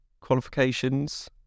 qualifications